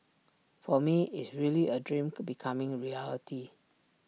for me is really A dream could becoming A reality